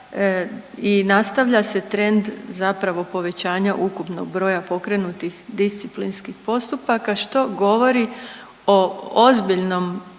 i nastavlja se trend povećanja ukupnog broja pokrenutih disciplinskih postupaka što govori o ozbiljno